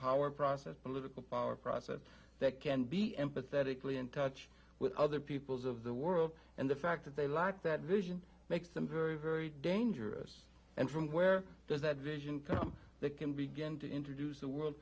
power process political power process that can be empathetically in touch with other peoples of the world and the fact that they lack that vision makes them very very dangerous and from where does that vision come they can begin to introduce the world